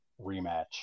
rematch